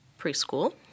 preschool